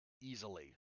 Easily